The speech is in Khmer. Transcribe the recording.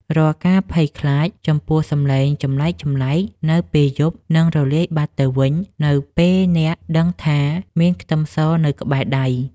រាល់ការភ័យខ្លាចចំពោះសំឡេងចម្លែកៗនៅពេលយប់នឹងរលាយបាត់ទៅវិញនៅពេលអ្នកដឹងថាមានខ្ទឹមសនៅក្បែរដៃ។